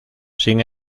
sin